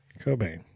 Cobain